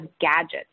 gadgets